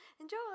enjoy